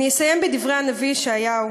אני אסיים בדברי הנביא ישעיהו: